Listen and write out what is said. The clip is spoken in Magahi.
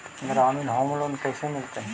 ग्रामीण होम लोन कैसे मिलतै?